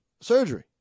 surgery